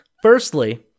Firstly